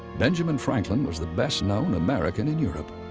benjamin franklin was the best known american in europe.